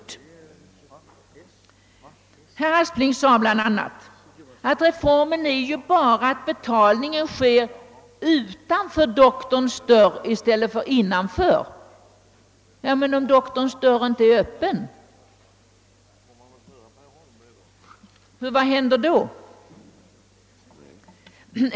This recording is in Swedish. Statsrådet Aspling sade bl.a. att reformen bara innebär att betalningen sker utanför doktorns dörr i stället för innanför. Ja, men om doktorns dörr inte är öppen, vad händer då?